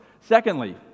Secondly